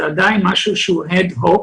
זה עדיין משהו שהוא אד-הוק,